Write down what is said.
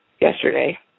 Yesterday